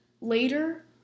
later